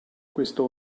questo